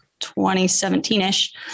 2017-ish